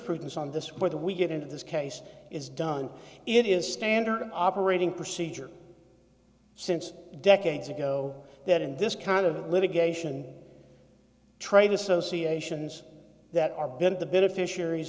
prudence on this whether we get into this case is done it is standard operating procedure since decades ago that in this kind of litigation trade associations that are beyond the beneficiaries